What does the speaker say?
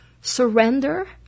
surrender